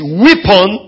weapon